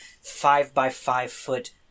five-by-five-foot